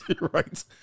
Right